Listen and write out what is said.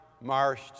Marsh